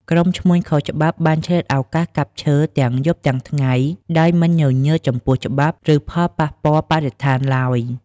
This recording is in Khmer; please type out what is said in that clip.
ក្រុមឈ្មួញខុសច្បាប់បានឆ្លៀតឱកាសកាប់ឈើទាំងយប់ទាំងថ្ងៃ ដោយមិនញញើតចំពោះច្បាប់ ឬផលប៉ះពាល់បរិស្ថានឡើយ។